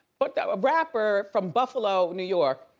but that a rapper from buffalo, new york,